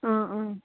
ꯑꯥ ꯑꯥ